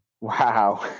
Wow